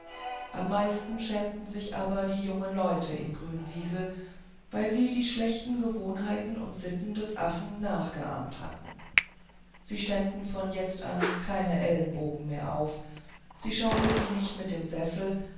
am meisten schämten sich aber die jungen leute in grünwiesel weil sie die schlechten gewohnheiten und sitten des affen nachgeahmt hatten sie stemmten von jetzt an keinen ellbogen mehr auf sie schaukelten nicht mit dem sessel